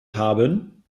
haben